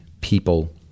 people